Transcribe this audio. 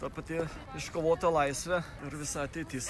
to paties iškovotą laisvę ir visa ateitis